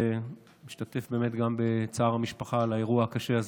ואני משתתף גם בצער המשפחה על האירוע הקשה הזה.